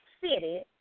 city